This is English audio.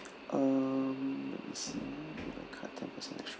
um let me see with a card ten percent extra